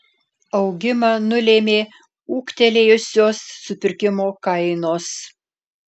augimą nulėmė ūgtelėjusios supirkimo kainos